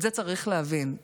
את זה צריך להבין.